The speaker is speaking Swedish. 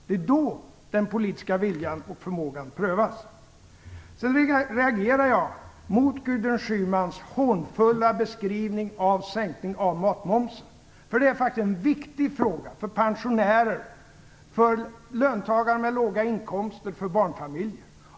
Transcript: Det är då den politiska viljan och förmågan prövas. Jag reagerade också mot Gudrun Schymans hånfulla beskrivning av matmomsen. Det är faktiskt en viktig fråga för pensionärer, för löntagare med låga inkomster och för barnfamiljer.